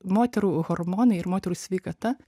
moterų hormonai ir moterų sveikata